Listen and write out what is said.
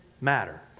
matter